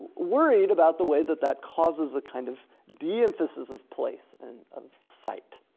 worried about the way that that causes a kind of deemphasis of place and of site.